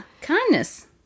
Kindness